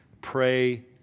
Pray